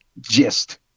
gist